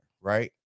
right